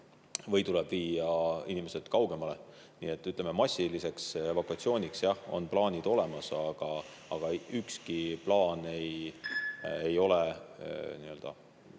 või tuleb inimesed viia kaugemale. Nii et massiliseks evakuatsiooniks, jah, on plaanid olemas, aga ükski plaan ei ole päris elus